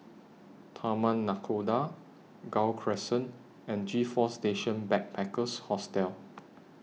Taman Nakhoda Gul Crescent and G four Station Backpackers Hostel